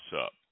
up